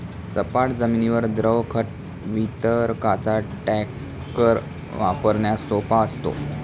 सपाट जमिनीवर द्रव खत वितरकाचा टँकर वापरण्यास सोपा असतो